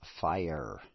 fire